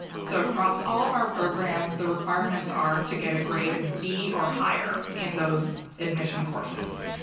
so across all of our programs, the requirements are to get a grade of b or higher in those admission courses.